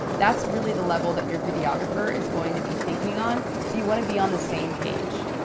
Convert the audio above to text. that's really the level that your videographer is going to be thinking on so you wanna be on the same page.